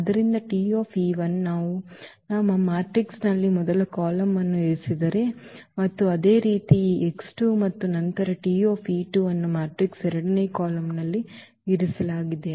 ಆದ್ದರಿಂದ ನಾವು ನಮ್ಮ ಮ್ಯಾಟ್ರಿಕ್ಸ್ನಲ್ಲಿ ಮೊದಲ ಕಾಲಮ್ ಅನ್ನು ಇರಿಸಿದರೆ ಮತ್ತು ಅದೇ ರೀತಿ ಈ ಮತ್ತು ನಂತರ ಈ ಅನ್ನು ಮ್ಯಾಟ್ರಿಕ್ಸ್ ಎರಡನೇ ಕಾಲಮ್ನಲ್ಲಿ ಇರಿಸಲಾಗಿದೆ